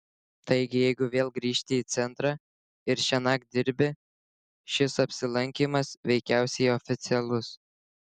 taigi jeigu vėl grįžti į centrą ir šiąnakt dirbi šis apsilankymas veikiausiai oficialus